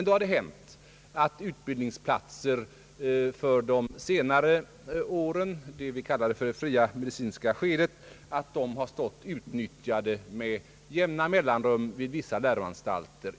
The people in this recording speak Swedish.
Då har det hänt att utbildningsplatser för de senare åren — det vi kallar det fria kliniska skedet — har stått outnyttjade med jämna mellanrum vid vissa läroanstalter.